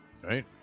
Right